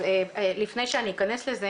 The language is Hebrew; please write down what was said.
אז לפני שאני אכנס לזה,